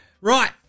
Right